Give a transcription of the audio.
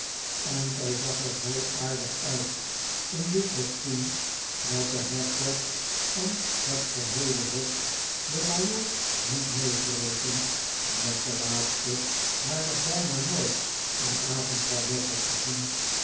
en zij zag er zoo aardig uit in dit kostuum dat de hertog en het geheele hof den majoor niet meegerekend welke laatste haar nog bijna nooit in avondtoilet had gezien